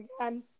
again